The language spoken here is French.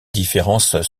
différences